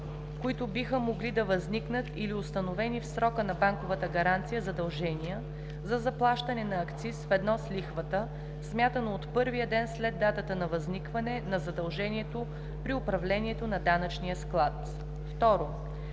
които биха могли да възникнат или установени в срока на банковата гаранция задължения за заплащане на акциз ведно с лихвата, смятано от първия ден след датата на възникване на задължението при управлението на данъчния склад; 2.